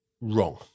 wrong